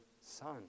son